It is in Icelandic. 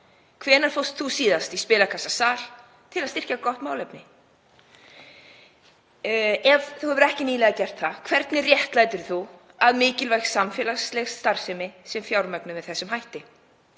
Hvenær fórst þú síðast í spilakassasal til að styrkja gott málefni? Hafir þú ekki gert það nýlega hvernig réttlætir þú að mikilvæg samfélagsleg starfsemi sé fjármögnuð með þessum hætti?